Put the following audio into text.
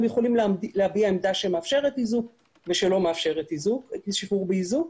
הם יכולים להביע עמדה שמאפשרת שחרור באיזוק ושלא מאפשרת שחרור באיזוק.